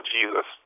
Jesus